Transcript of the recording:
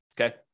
Okay